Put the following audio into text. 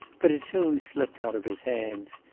but it soon slipped out of his hands.